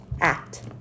act